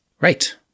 Right